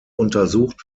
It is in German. untersucht